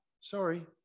Sorry